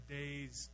days